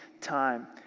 time